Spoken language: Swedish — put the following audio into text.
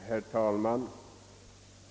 Herr talman!